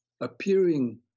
appearing